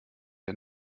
der